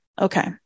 Okay